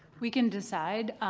we can decide,